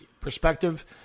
perspective